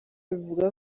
ivuga